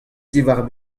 diwar